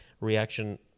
reaction